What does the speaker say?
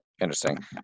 Interesting